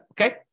Okay